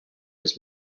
his